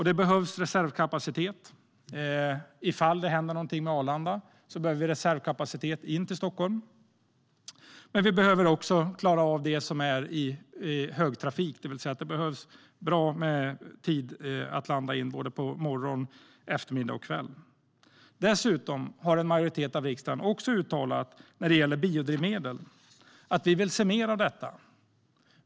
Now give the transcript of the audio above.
Det behövs reservkapacitet in till Stockholm ifall det händer något med Arlanda, men vi behöver också klara av högtrafiken med tider att landa såväl på morgonen som på eftermiddagen och kvällen. När det gäller biodrivmedel har en majoritet av riksdagen uttalat att vi vill se mer av det.